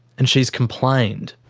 and she's complained.